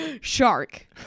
shark